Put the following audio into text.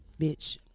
bitch